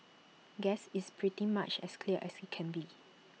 guess it's pretty much as clear as IT can be